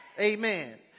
Amen